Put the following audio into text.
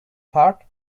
part